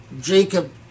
Jacob